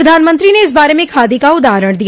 प्रधानमंत्री ने इस बारे में खादी का उदाहरण दिया